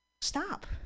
Stop